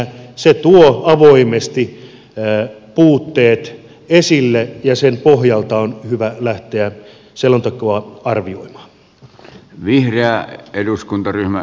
se tuo avoimesti puutteet esille ja sen pohjalta on hyvä lähteä selontekoa arvioimaan